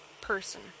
person